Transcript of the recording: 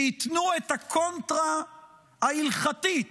שייתנו את הקונטרה ההלכתית,